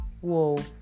Whoa